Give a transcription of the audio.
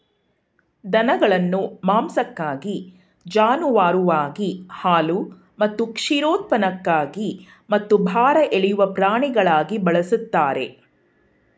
ದನಗಳನ್ನು ಮಾಂಸಕ್ಕಾಗಿ ಜಾನುವಾರುವಾಗಿ ಹಾಲು ಮತ್ತು ಕ್ಷೀರೋತ್ಪನ್ನಕ್ಕಾಗಿ ಮತ್ತು ಭಾರ ಎಳೆಯುವ ಪ್ರಾಣಿಗಳಾಗಿ ಬಳಸ್ತಾರೆ